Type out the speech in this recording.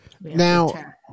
now